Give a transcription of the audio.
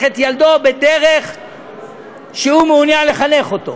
את ילדו בדרך שהוא מעוניין לחנך אותו.